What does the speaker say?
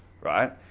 right